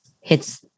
hits